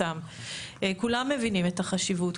כולם מבינים את החשיבות,